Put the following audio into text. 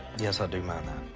yes i do mind that.